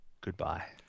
goodbye